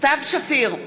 סתיו שפיר,